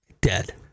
dead